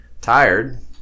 Tired